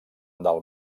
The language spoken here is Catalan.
del